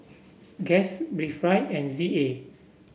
Guess Breathe Right and Z A